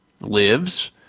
lives